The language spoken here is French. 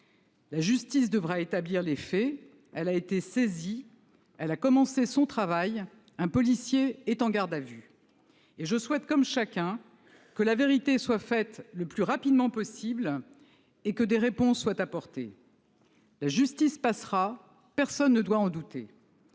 La justice devra établir les faits. Elle a été saisie et a commencé son travail : un policier est en garde à vue. Je souhaite comme chacun que la vérité soit faite le plus rapidement possible et que des réponses soient apportées. La justice passera, personne ne doit en douter.